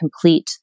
complete